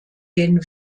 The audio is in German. den